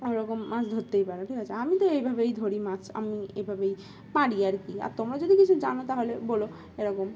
ওরকম মাছ ধরতেই পারো ঠিক আছে আমি তো এইভাবেই ধরি মাছ আমি এভাবেই পারি আর কি আর তোমরা যদি কিছু জানো তাহলে বলো এরকম